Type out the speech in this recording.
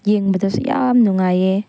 ꯌꯦꯡꯕꯗꯁꯨ ꯌꯥꯝ ꯅꯨꯡꯉꯥꯏꯑꯦ